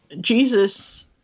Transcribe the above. Jesus